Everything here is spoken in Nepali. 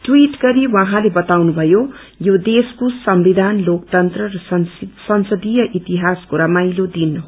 ट्वीट गरी उझँले बताउनु भयो यो देशको संविधान लोकतन्त्र र संसदीय इतिहासको रमाइलो दिन हो